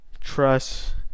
trust